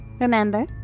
remember